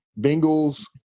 Bengals